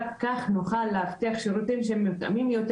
רק כך נוכל להבטיח שירותים מותאמים יותר,